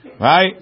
Right